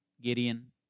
Gideon